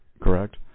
correct